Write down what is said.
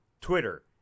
Twitter